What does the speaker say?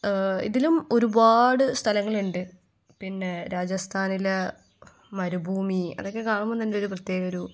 ഇതിലും ഒരുപാട് സ്ഥലങ്ങളുണ്ട് പിന്നെ രാജസ്ഥാനിലെ മരുഭൂമി അതൊക്കെ കാണുമ്പം തന്നെയൊരു പ്രത്യേക ഒരു